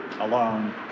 alone